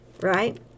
right